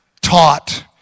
taught